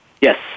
Yes